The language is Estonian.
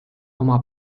oma